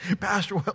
pastor